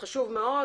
שזה חשוב מאוד,